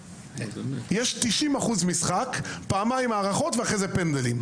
יש 90 דקות משחק, פעמיים הארכות ואחרי כן פנדלים.